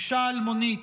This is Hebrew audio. אישה אלמונית,